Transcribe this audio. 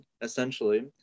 essentially